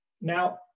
Now